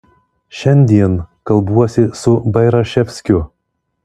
šiandien kalbuosi su bairaševskiu